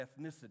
ethnicity